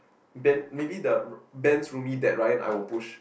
Ben maybe the r~ Ben's roomie that Ryan I will push